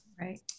right